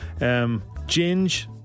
Ginge